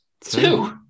Two